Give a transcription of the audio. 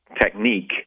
technique